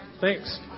Thanks